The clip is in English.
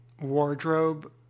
wardrobe